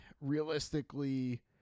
realistically